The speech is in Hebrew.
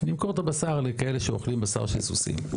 נמכור את הבשר לכאלה שאוכלים בשר של סוסים.